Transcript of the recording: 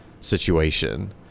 situation